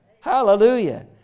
Hallelujah